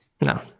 No